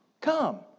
Come